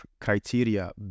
criteria